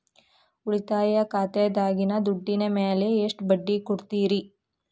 ಉಳಿತಾಯ ಖಾತೆದಾಗಿನ ದುಡ್ಡಿನ ಮ್ಯಾಲೆ ಎಷ್ಟ ಬಡ್ಡಿ ಕೊಡ್ತಿರಿ?